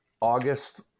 August